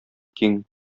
киң